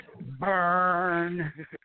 Burn